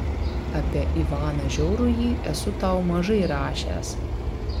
apie ivaną žiaurųjį esu tau mažai rašęs